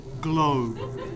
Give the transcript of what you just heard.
glow